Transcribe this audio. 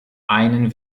einen